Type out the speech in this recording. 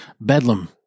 Bedlam